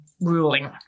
ruling